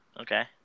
Okay